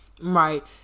Right